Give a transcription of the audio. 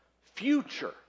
future